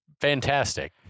fantastic